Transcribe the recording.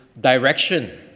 direction